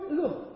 look